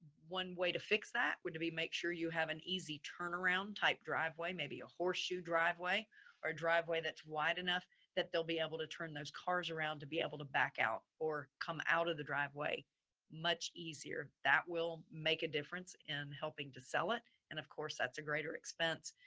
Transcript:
one way to fix that would it be, make sure you have an easy turnaround type driveway, maybe a horseshoe driveway or driveway that's wide enough that they'll be able to turn those cars around to be able to back out or come out of the driveway much easier. that will make a difference in helping to sell it and of course that's a greater expense.